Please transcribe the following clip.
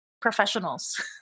professionals